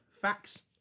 facts